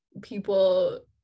people